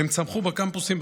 הם צמחו בקמפוסים,